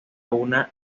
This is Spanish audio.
una